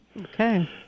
Okay